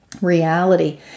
reality